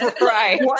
Right